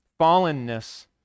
Fallenness